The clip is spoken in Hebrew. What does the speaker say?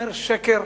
אומר שקר.